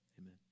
amen